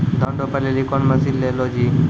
धान रोपे लिली कौन मसीन ले लो जी?